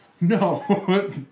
No